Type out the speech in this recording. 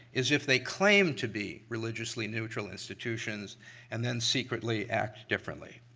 is if they claim to be religiously neutral institutions and then secretly act differently.